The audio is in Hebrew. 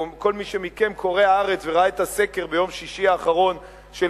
או כל מי מכם שקורא "הארץ" וראה ביום שישי האחרון את הסקר,